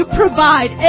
provide